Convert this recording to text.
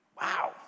Wow